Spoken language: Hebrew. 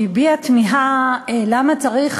שהביעה תמיהה למה צריך,